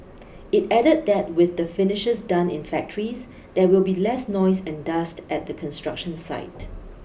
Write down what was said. it added that with the finishes done in factories there will be less noise and dust at the construction site